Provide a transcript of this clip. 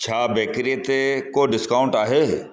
छा बेकरीअ ते को डिस्काऊंट आहे